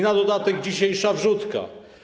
Na dodatek dzisiejsza wrzutka.